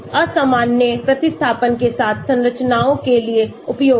असामान्य प्रतिस्थापन के साथ संरचनाओं के लिए उपयोगी